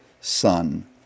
Son